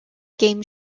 game